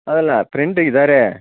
ಅದಲ್ಲ ಫ್ರೆಂಡ್ ಇದ್ದಾರೆ